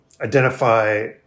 identify